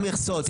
מכסות,